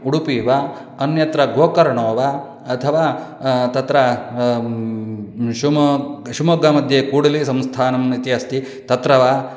उडुपि वा अन्यत्र गोकर्णो वा अथवा तत्र शिमोग् शिव्मोग्गामध्ये कूडलीसंस्थानम् इति अस्ति तत्र वा